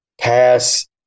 pass